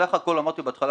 בסך הכל, אמרתי בהתחלה